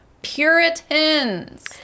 Puritans